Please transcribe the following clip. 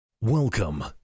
Welcome